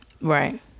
right